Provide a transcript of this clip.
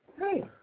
Hey